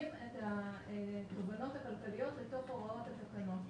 את התובנות הכלכליות לתוך הוראות התקנות.